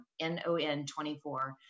NON-24